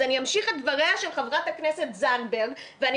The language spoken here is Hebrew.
אז אני אמשיך את דבריה של חברת הכנסת זנדברג ואני